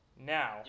now